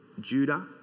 Judah